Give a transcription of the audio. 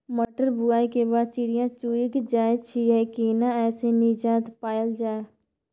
मटर बुआई के बाद चिड़िया चुइग जाय छियै केना ऐसे निजात पायल जाय?